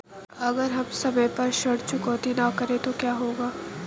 अगर हम समय पर ऋण चुकौती न करें तो क्या होगा?